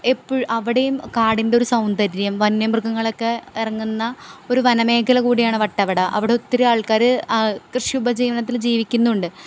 എപ്പോഴും അവിടെയും കാടിൻ്റെ ഒരു സൗന്ദര്യം വന്യ മൃഗങ്ങളെ ഒക്കെ ഇറങ്ങുന്ന ഒരു വന മേഖല കൂടിയാണ് വട്ടവട അവിടെ ഒത്തിരി ആൾക്കാർ കൃഷി ഉപജീവനത്തിൽ ജീവിക്കുന്നുണ്ട്